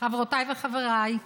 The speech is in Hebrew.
חברותיי וחבריי,